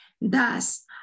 Thus